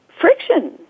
friction